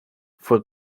fue